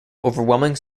overwhelming